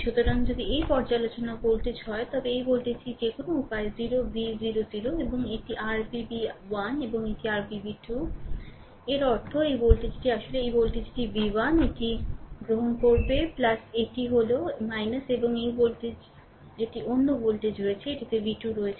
সুতরাং যদি এটি পর্যালোচনা ভোল্টেজ হয় তবে এই ভোল্টেজটি যে কোনও উপায়ে 0 v 0 0 এবং এটি r v v 1 এবং এটি r v v 2 এর অর্থ এই ভোল্টেজটি আসলে এই ভোল্টেজটি v1 এটি গ্রহণ করবে এটি হল এবং এই ভোল্টেজ এটি অন্য ভোল্টেজ রয়েছে এটিতে v2 রয়েছে